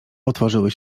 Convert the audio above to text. otworzyły